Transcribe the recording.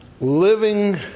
Living